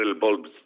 bulbs